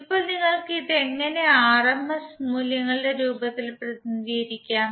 ഇപ്പോൾ നിങ്ങൾക്ക് ഇത് എങ്ങനെ ആർ എം എസ് മൂല്യങ്ങളുടെ രൂപത്തിൽ പ്രതിനിധീകരിക്കാം